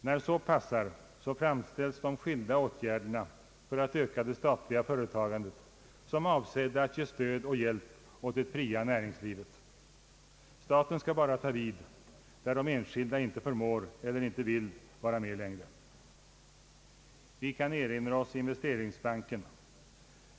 När så passar framställs de skilda åtgärderna för att öka det statliga företagandet som avsedda att ge stöd och hjälp åt det fria näringslivet. Staten skall bara ta vid där de enskilda inte förmår eller inte vill vara med längre. Vi kan erinra oss investeringsbanken.